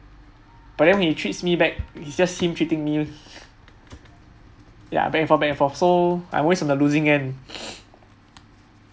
but then he treats me back it's just him treating meal ya back and forth back and forth so I‘m always on the losing end